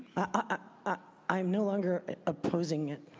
ah i am no longer opposing it.